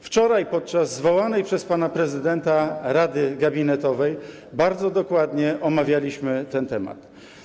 Wczoraj podczas zwołanego przez pana prezydenta posiedzenia Rady Gabinetowej bardzo dokładnie omawialiśmy ten temat.